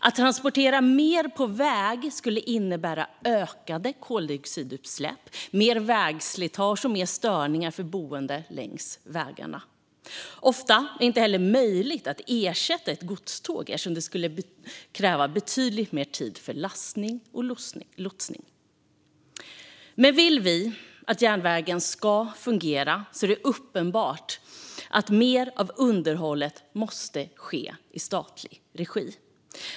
Att transportera mer på väg skulle innebära ökade koldioxidutsläpp, mer vägslitage och mer störningar för boende längs vägarna. Ofta är det inte heller möjligt att ersätta ett godståg eftersom det skulle kräva betydligt mer tid för lastning och lossning. Men vill vi att järnvägen ska fungera är det uppenbart att mer av underhållet måste ske i statlig regi.